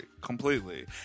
Completely